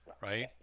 Right